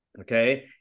okay